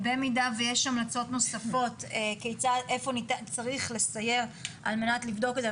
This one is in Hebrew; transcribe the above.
במידה ויש המלצות נוספות איפה צריך לסייר על מנת לבדוק את זה,